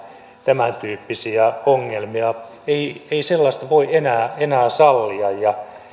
tämäntyyppisiä ongelmia ei ei voi enää enää sallia